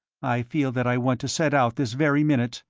i feel that i want to set out this very minute,